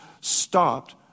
stopped